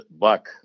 Buck